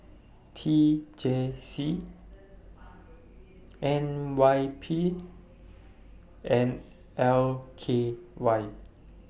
T J C N Y P and L K Y